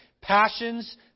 passions